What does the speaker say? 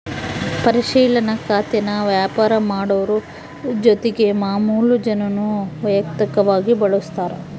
ಪರಿಶಿಲನಾ ಖಾತೇನಾ ವ್ಯಾಪಾರ ಮಾಡೋರು ಜೊತಿಗೆ ಮಾಮುಲು ಜನಾನೂ ವೈಯಕ್ತಕವಾಗಿ ಬಳುಸ್ತಾರ